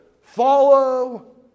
follow